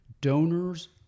donors